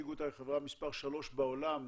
הציגו אותה כחברה מספר שלוש בעולם.